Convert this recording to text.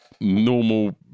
normal